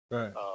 Right